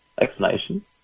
explanation